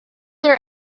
their